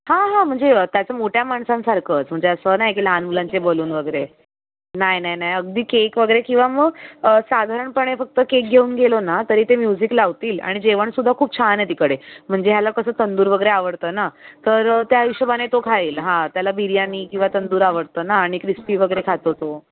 हा हा म्हणजे त्याच्या मोठ्या माणसांसारखंच म्हणजे असं नाही की लहान मुलांचे बलून वगैरे नाही नाही नाही अगदी केक वगैरे किंवा मग साधारपणे फक्त केक घेऊन गेलो ना तरी ते म्युझिक लावतील आणि जेवणसुद्धा खूप छान हे तिकडे म्हणजे ह्याला कस तंदूर वगैरे आवडतं ना तर त्या हिशोबाने तो खाईल त्याला बिर्याणी किंवा तंदूर आवडतं ना आणि क्रिस्पी वगैरे खातो तो